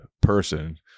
person